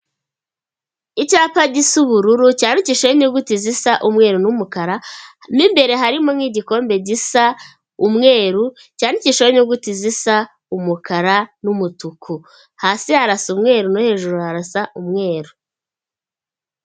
Icyapa gisi ubururu cyandikishejeho inyuguti zisa umweru n'umukara, mu imbere harimo nk'igikombe gisa umweru cyandikishaho inyuguti zisa umukara n'umutuku, hasi harasa umweru no hejuru harasa umweru.